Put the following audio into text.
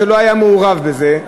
שלא היה מעורב בזה,